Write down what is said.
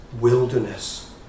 wilderness